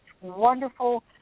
wonderful